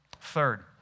Third